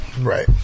Right